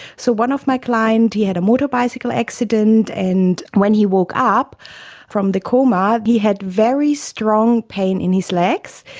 so one of my clients, he had a motorbike ah accident, and when he woke up from the coma he had very strong pain in his legs,